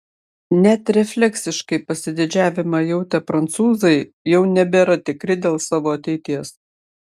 net refleksiškai pasididžiavimą jautę prancūzai jau nebėra tikri dėl savo ateities